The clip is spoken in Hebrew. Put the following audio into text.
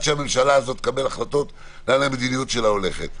שהממשלה הזאת תקבל החלטות לאן הולכת המדיניות שלה.